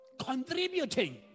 Contributing